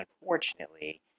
unfortunately